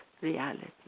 Reality